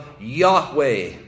Yahweh